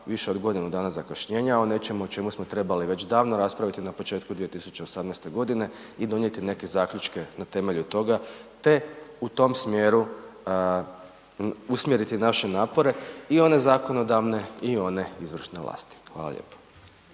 više od godinu dana zakašnjenja o nečemu o čemu smo trebali već davno raspraviti na početku 2018. g. i donijeti neke zaključke na temelju toga te u tom smjeru usmjeriti naše napore i one zakonodavne i one izvršne vlasti. Hvala lijepo.